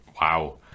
Wow